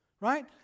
Right